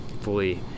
fully